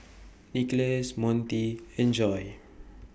Nicholas Monty and Joi